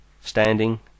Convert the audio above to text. standing